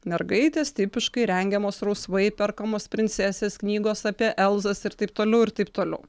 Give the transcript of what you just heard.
mergaitės tipiškai rengiamos rausvai perkamos princesės knygos apie elzos ir taip toliau ir taip toliau